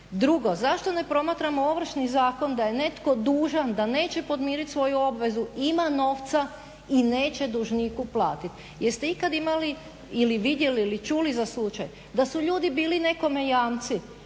Drugo, zašto ne promatramo Ovršni zakon da je netko dužan da neće podmiriti svoju obvezu, ima novca i neće dužniku platiti. Jeste ikad imali ili vidjeli ili čuli za slučaj da su ljudi bili nekome jamci